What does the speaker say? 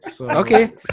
Okay